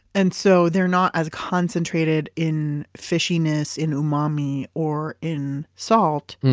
and so they're not as concentrated in fishiness in umami or in salt,